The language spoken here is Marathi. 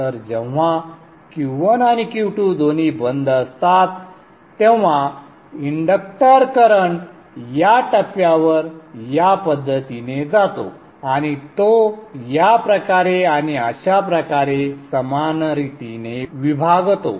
तर जेव्हा Q1 आणि Q2 दोन्ही बंद असतात तेव्हा इंडक्टर करंट या टप्प्यावर या पद्धतीने जातो आणि तो या प्रकारे आणि अशा प्रकारे समान रीतीने विभागतो